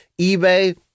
eBay